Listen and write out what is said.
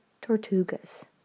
Tortugas